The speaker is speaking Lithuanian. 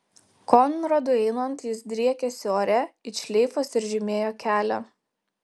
konradui einant jis driekėsi ore it šleifas ir žymėjo kelią